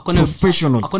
professional